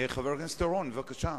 חבר הכנסת אורון, בבקשה.